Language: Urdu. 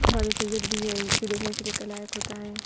باب سید بھی ہے جو دیکھنے کے لائق ہوتا ہے